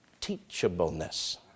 Teachableness